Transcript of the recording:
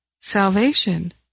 salvation